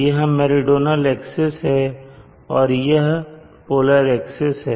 यह meridional axis है और यह पोलर एक्सिस है